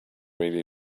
really